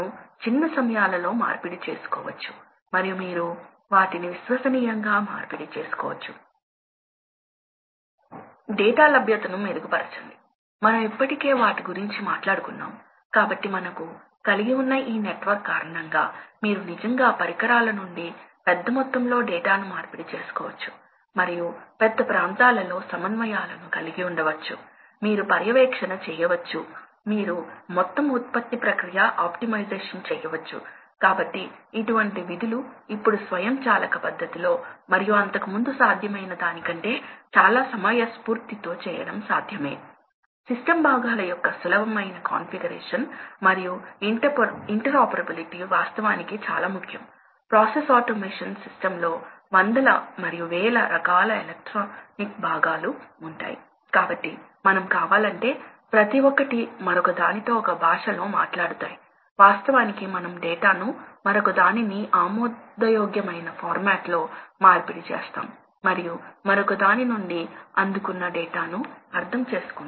కాబట్టి ఈ axis Q మరియు ఇది మొత్తం ప్రెషర్ ఇంచెస్ లో నీటి కాలమ్ ఇంచెస్ లో కాబట్టి ప్రాథమికంగా ఇది ప్రెషర్ లేదా P ఇప్పుడు ఫ్యాన్ లక్షణంలో కొంత భాగం చూపబడుతుంది మరియు కర్వ్స్ ఫ్యామిలీ చూపబడిందని చూడండి కాబట్టి ఈ కర్వ్స్ ఫ్యామిలీ ఏమిటి కాబట్టి ప్రాథమికంగా వివిధ ఆపరేటింగ్ పాయింట్ ఉదాహరణకు ఈ స్థిరమైన లైన్స్ ను చూస్తే నేను దానిని ఇక్కడ గీస్తాను కాబట్టి ఉదాహరణకు ఈ లైన్ ఇది ఈ సంఖ్య 500 తో మొదలవుతుంది మరియు ఇక్కడ ఇది RPM అని వ్రాయబడింది కాబట్టి దీని అర్థం ఫ్యాన్ 500 RPM తో తిరగడానికి తయారు చేయబడితే ప్రెషర్ ప్రవాహ లక్షణం ఈ కర్వ్ ను అనుసరిస్తుంది